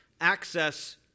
access